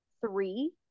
three